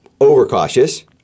overcautious